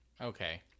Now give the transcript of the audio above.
Okay